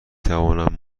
توانم